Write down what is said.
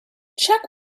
check